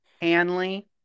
Hanley